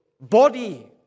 body